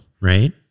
right